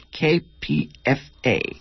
KPFA